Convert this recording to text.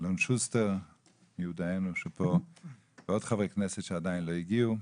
אלון שוסטר ועוד חברי כנסת שעדיין לא הגיעו.